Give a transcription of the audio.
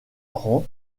mais